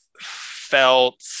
felt